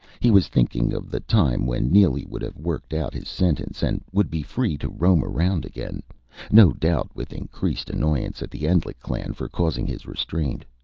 he was thinking of the time when neely would have worked out his sentence, and would be free to roam around again no doubt with increased annoyance at the endlich clan for causing his restraint.